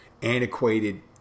Antiquated